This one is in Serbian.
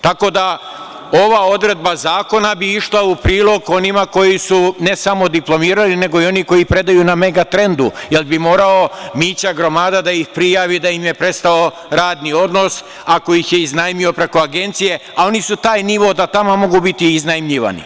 Tako da bi ova odredba zakona išla u prilog onima koji su ne samo diplomirali, nego i oni koji predaju na „Megatrendu“ jer bi morao Mića gromada da ih prijavi da im je prestao radni odnos ako ih je iznajmio preko agencije, ali nisu taj nivo da tamo mogu biti iznajmljivani.